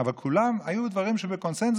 אבל אצל כולם היו דברים שבקונסנזוס,